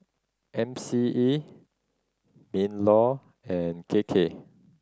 M C E MinLaw and K K